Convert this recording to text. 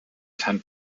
ten